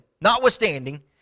Notwithstanding